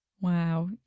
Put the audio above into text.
Wow